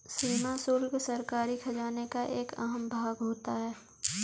सीमा शुल्क सरकारी खजाने का एक अहम भाग होता है